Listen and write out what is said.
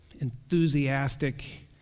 Enthusiastic